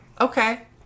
Okay